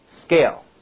scale